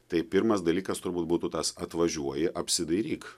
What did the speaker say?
tai pirmas dalykas turbūt būtų tas atvažiuoji apsidairyk